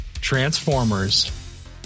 Transformers